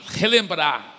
relembrar